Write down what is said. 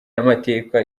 y’amateka